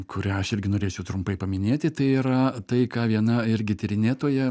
kurią aš irgi norėčiau trumpai paminėti tai yra tai ką viena irgi tyrinėtoja